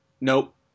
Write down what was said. Nope